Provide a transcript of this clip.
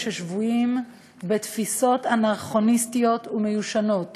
ששבויים בתפיסות אנכרוניסטיות ומיושנות.